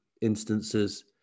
instances